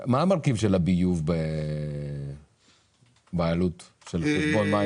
מה המרכיב של הביוב בעלות של חשבון מים?